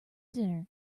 dinner